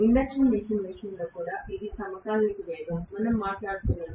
induction machine విషయంలో కూడా ఇది సమకాలిక వేగం మనం మాట్లాడుతున్నది